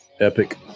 Epic